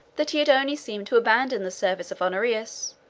that he had only seemed to abandon the service of honorius,